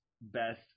best